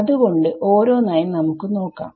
അത് കൊണ്ട് ഓരോന്നായി നമുക്ക് നോക്കാം